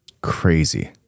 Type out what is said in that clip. crazy